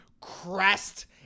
Crest